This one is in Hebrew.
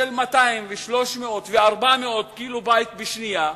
של 200 ו-300 ו-400 קילובייט בשנייה,